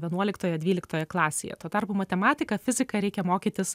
vienuoliktoje dvyliktoje klasėje tuo tarpu matematiką fiziką reikia mokytis